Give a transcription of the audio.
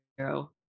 zero